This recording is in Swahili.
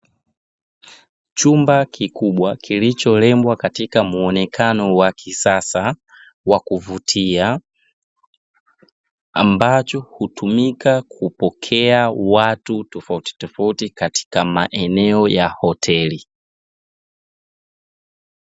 Chumba kikubwa kilichorembwa katika muonekano wa kisasa wa kuvutia, ambacho hutumika kupokea watu tofauti tofauti katika maeneo ya hoteli.